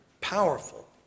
powerful